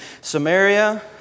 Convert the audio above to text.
Samaria